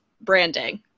branding